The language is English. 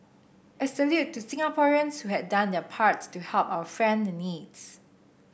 a salute to Singaporean' s who had done their parts to help our friend in needs